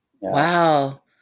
Wow